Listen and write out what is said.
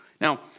Now